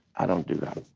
i don't do that.